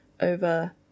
over